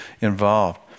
involved